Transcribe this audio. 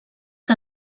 que